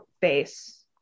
base